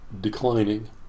declining